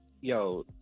yo